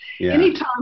anytime